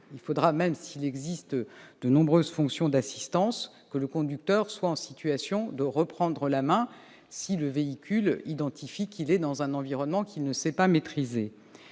satisfaites. Même s'il existe de nombreuses fonctions d'assistance, le conducteur devra être en mesure de reprendre la main si le véhicule identifie qu'il se trouve dans un environnement qu'il ne sait pas maîtriser.